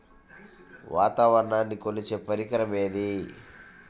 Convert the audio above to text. వాతావరణాన్ని కొలిచే పరికరం ఏది?